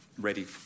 ready